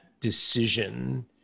decision